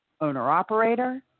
owner-operator